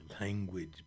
language